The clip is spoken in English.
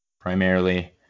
primarily